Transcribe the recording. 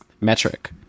metric